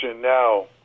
now